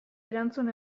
erantzun